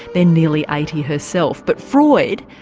then nearly eighty herself. but freud,